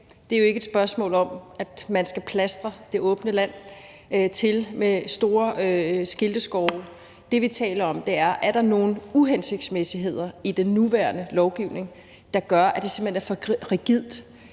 dag, er jo ikke et spørgsmål om, at man skal plastre det åbne land til med store skilteskove. Det, vi taler om, er, om der er nogle uhensigtsmæssigheder i den nuværende lovgivning, der gør, at det simpelt hen er for rigidt